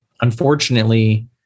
Unfortunately